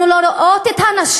אנחנו לא רואות את הנשים